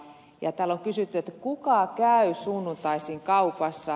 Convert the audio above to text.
täällä on kysytty kuka käy sunnuntaisin kaupassa